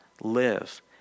live